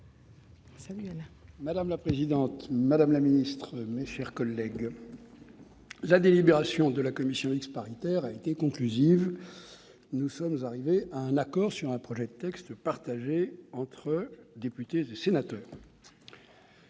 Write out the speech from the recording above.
Madame la présidente, madame la ministre, mes chers collègues, la délibération de la commission mixte paritaire a été conclusive. Nous sommes donc arrivés à un accord sur un projet de texte partagé entre députés et sénateurs.